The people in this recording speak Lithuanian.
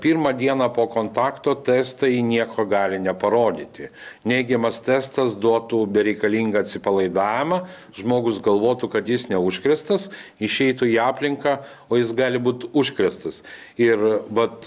pirmą dieną po kontakto testai nieko gali neparodyti neigiamas testas duotų bereikalingą atsipalaidavimą žmogus galvotų kad jis neužkrėstas išeitų į aplinką o jis gali būt užkrėstas ir vat